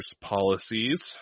policies